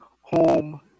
home